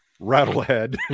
Rattlehead